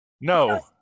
No